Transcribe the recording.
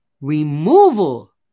removal